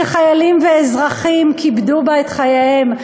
שחיילים ואזרחים קיפדו בה את חייהם.